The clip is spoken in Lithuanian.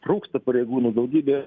trūksta pareigūnų daugybė